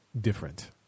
different